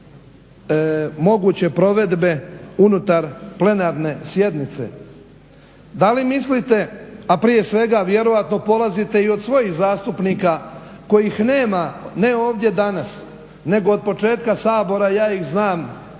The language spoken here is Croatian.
Da li mislite, a prije svega vjerojatno polazite i od svojih zastupnika kojih nema ne ovdje danas nego od početka Sabora, ja ih znam,